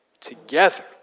together